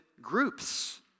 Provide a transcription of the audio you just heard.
groups